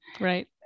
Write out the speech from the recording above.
Right